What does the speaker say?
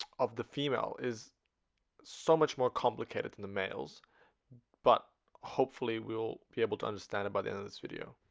of the female is so much more complicated and the male's but hopefully we'll be able to understand it by the end of this video,